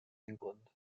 england